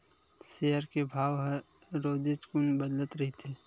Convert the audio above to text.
share के भाव ह रोजेच कुन बदलत रहिथे